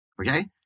Okay